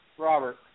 Robert